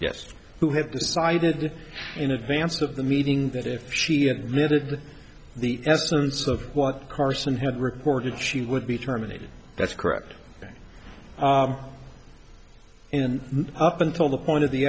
yes who had decided in advance of the meeting that if she admitted the essence of what carson had reported she would be terminated that's correct and up until the point of the